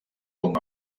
com